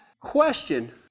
question